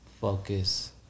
focus